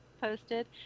posted